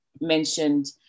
mentioned